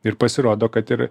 ir pasirodo kad ir